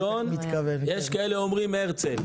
בן-גוריון ויש כאלה אומרים הרצל